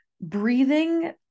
Breathing